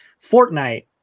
Fortnite